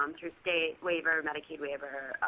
um through state waiver, medicaid waiver,